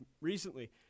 recently